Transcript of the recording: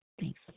Thanks